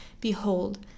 Behold